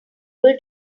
able